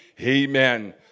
amen